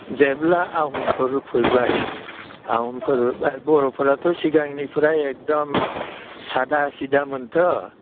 जेब्ला आहमफोर फैबाय आहमफोर बर'फोराथ' सिगांनिफ्राय एकदम सादा सिदामोनथ'